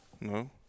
no